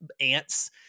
ants